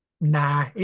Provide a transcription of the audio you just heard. nah